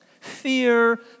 fear